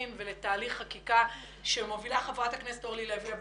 ולתהליך חקיקה שמובילה חברת הכנסת אורלי לוי אבקסיס.